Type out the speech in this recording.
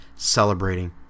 Celebrating